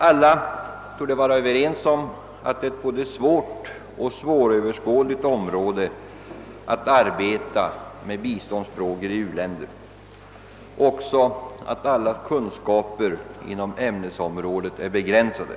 Alla torde vara överens om att arbetet med biståndsfrågor i u-länder är ett både svårt och svåröverskådligt område liksom om att allas kunskaper inom ämnesområdet är begränsade.